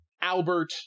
Albert